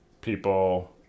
people